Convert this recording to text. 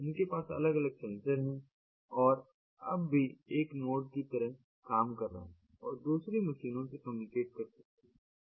उनके पास अलग अलग सेंसर हैं और अब भी एक नोड की तरह काम कर रहे हैं और दूसरी मशीनों से कम्युनिकेट कर सकते हैं